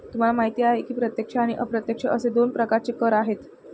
तुम्हाला माहिती आहे की प्रत्यक्ष आणि अप्रत्यक्ष असे दोन प्रकारचे कर आहेत